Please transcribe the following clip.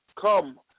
come